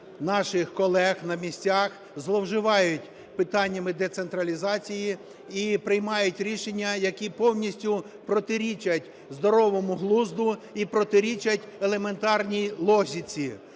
наших колег на місцях зловживають питаннями децентралізації і приймають рішення, які повністю протирічать здоровому глузду і протирічать елементарній логіці.